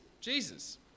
Jesus